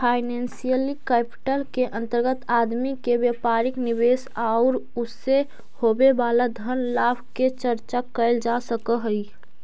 financial capital के अंतर्गत आदमी के व्यापारिक निवेश औउर उसे होवे वाला धन लाभ के चर्चा कैल जा सकऽ हई